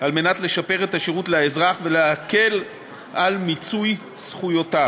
על מנת לשפר את השירות לאזרח ולהקל את מיצוי זכויותיו.